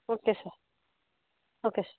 okay sir okay sir